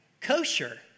kosher